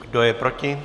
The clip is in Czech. Kdo je proti?